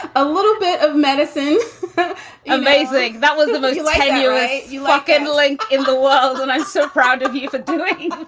ah little bit of medicine amazing. that was the milky like way you look and like in the world. and i'm so proud of you for doing